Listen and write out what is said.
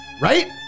right